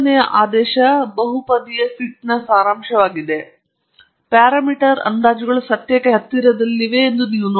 ಆದ್ದರಿಂದ ಇಲ್ಲಿ ಮೂರನೆಯ ಆದೇಶ ಬಹುಪದೀಯ ಫಿಟ್ನ ಸಾರಾಂಶವಾಗಿದೆ ಮತ್ತು ಪ್ಯಾರಾಮೀಟರ್ ಅಂದಾಜುಗಳು ಸತ್ಯಕ್ಕೆ ಹತ್ತಿರದಲ್ಲಿವೆ ಎಂದು ನೀವು ನೋಡಬಹುದು